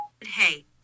Hey